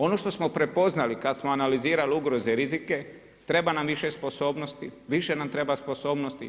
Ono što smo prepoznali kad smo analizirali ugroze i rizike treba nam više sposobnosti, više nam treba sposobnosti.